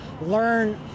learn